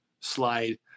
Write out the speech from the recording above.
slide